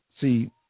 See